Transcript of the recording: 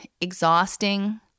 exhausting